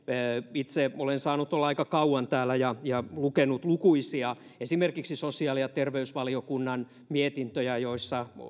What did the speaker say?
itse olen saanut olla aika kauan täällä ja ja lukenut lukuisia esimerkiksi sosiaali ja terveysvaliokunnan mietintöjä joissa